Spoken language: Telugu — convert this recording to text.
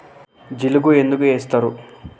జిలుగు ఎందుకు ఏస్తరు?